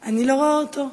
אני לא רואה אותו.